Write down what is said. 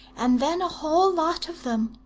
and then a whole lot of them.